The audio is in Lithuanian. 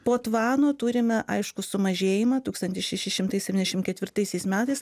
po tvano turime aiškų sumažėjimą tūkstantis šeši šimtai septyniasdešim ketvirtaisiais metais